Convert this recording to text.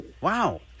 Wow